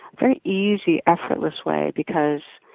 very easy, effortless way because,